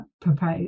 propose